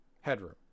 Headroom